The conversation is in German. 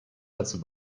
dazu